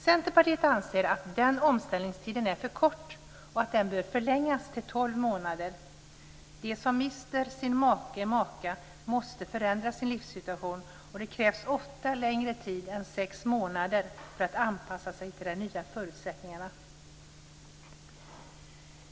Centerpartiet anser att den omställningstiden är för kort och att den bör förlängas till tolv månader. De som mister sin make/maka måste förändra sin livssituation, och det krävs ofta längre tid än sex månader för att anpassa sig till de nya förutsättningarna.